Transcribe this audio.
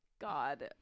God